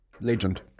legend